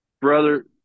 Brother